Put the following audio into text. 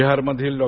बिहारमधील डॉ